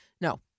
No